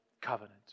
covenant